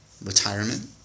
Retirement